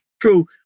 true